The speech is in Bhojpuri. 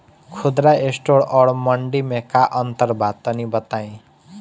खुदरा स्टोर और मंडी में का अंतर बा तनी बताई?